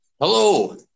hello